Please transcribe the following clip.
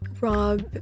rob